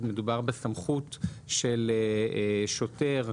מדובר בסמכות של שוטר.